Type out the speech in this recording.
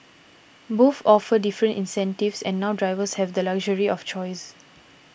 both offer different incentives and now drivers have the luxury of choice